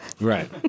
Right